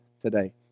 today